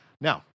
Now